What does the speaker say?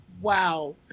Wow